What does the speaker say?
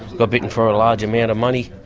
got bitten for a large amount of money.